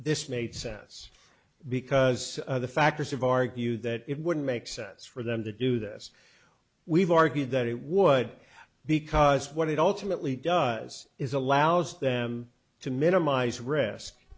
this made sense because the factors have argued that it wouldn't make sense for them to do this we've argued that it would because what it ultimately does is allows them to minimize risk